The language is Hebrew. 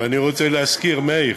ואני רוצה להזכיר, מאיר,